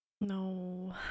No